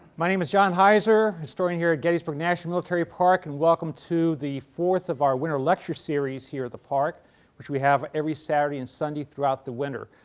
my name is john heiser, historian here at gettysburg national military park and welcome to the fourth of our winter lecture series here at the park which we have every saturday and sunday throughout the winter.